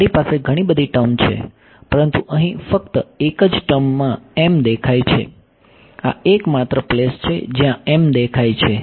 મારી પાસે ઘણી બધી ટર્મ છે પરંતુ અહીં ફક્ત એક જ ટર્મમાં m દેખાય છે આ એકમાત્ર પ્લેસ છે જ્યાં m દેખાય છે